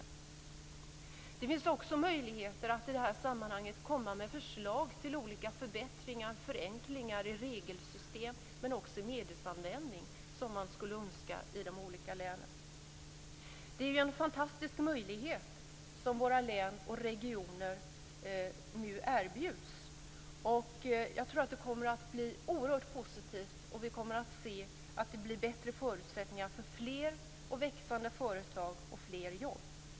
I det sammanhanget finns det också möjligheter för de olika länen att komma med förslag till de olika förbättringar och förenklingar i regelsystem och medelsanvändning som man skulle önska. Det är ju en fantastisk möjlighet som våra län och regioner nu erbjuds. Jag tror att det kommer att bli oerhört positivt och att vi kommer att få se bättre förutsättningar för fler och växande företag och fler jobb.